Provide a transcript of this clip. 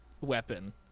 weapon